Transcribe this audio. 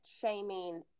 shaming